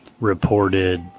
reported